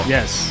Yes